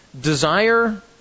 Desire